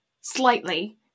slightly